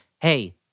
hey